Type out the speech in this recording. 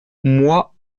mois